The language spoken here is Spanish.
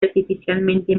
artificialmente